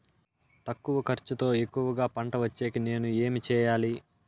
తక్కువ ఖర్చుతో ఎక్కువగా పంట వచ్చేకి నేను ఏమి చేయాలి?